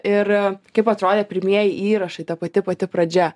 ir kaip atrodė pirmieji įrašai ta pati pati pradžia